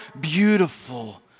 beautiful